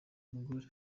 umugore